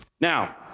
Now